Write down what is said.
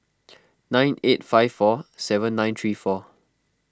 nine eight five four seven nine three four